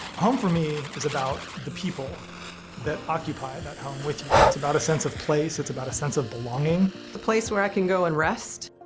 home, for me, is about the people that occupy that home with you. it's about a sense of place, it's about a sense of belonging the place where i can go and rest,